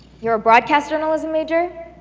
you're a broadcast journalism major?